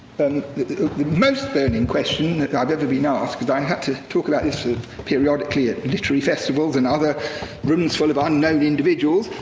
the most burning question that i've ever been asked, because i had to talk about this for ah periodically at literary festivals and other rooms full of unknown individuals.